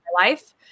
life